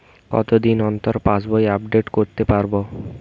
কতদিন অন্তর পাশবই আপডেট করতে পারব?